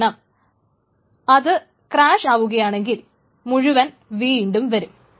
കാരണം അത് ക്രാഷ് ആവുകയാണെങ്കിൽ മുഴുവനും വീണ്ടും വരും